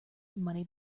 money